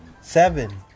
seven